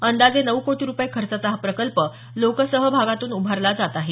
अंदाजे नऊ कोटी रुपये खर्चाचा हा प्रकल्प लोकसहभागातून उभारला जात आहे